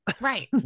right